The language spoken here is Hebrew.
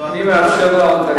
אני מאפשר לה עוד דקה.